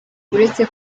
uretse